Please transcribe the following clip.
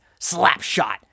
Slapshot